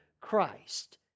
Christ